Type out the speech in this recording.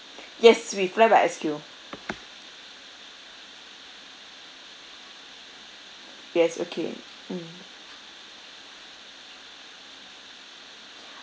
yes we fly by S_Q yes okay mm